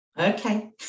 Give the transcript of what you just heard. Okay